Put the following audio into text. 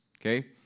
Okay